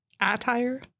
Attire